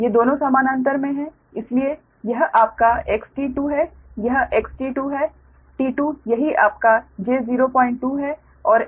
ये दोनों समानांतर में हैं इसलिए यह आपका XT2 है यह XT2 है T2 यहीं आपका j02 है